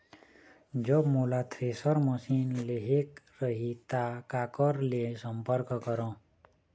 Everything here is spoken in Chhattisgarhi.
जब मोला थ्रेसर मशीन लेहेक रही ता काकर ले संपर्क करों?